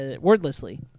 wordlessly